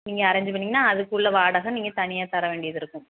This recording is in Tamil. நீங்கள் அரேஞ்சு பண்ணீங்கன்னால் அதுக்குள்ள வாடகை நீங்கள் தனியாக தர வேண்டியது இருக்கும்